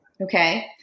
Okay